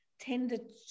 tended